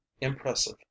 impressive